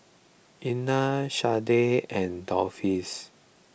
Elna Shardae and Dolphus